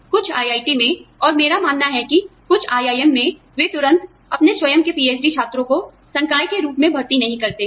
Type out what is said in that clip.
कुछ IIT में और मेरा मानना है कि कुछ IIM में वे तुरंत अपने स्वयं के पीएचडी छात्रों को संकाय के रूप में भर्ती नहीं करते हैं